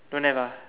don't have ah